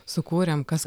sukūrėm kas